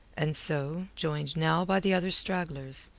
and so, joined now by the other stragglers,